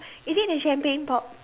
is it the champagne pop